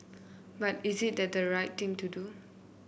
but is it that the right thing to do